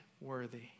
worthy